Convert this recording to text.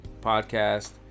podcast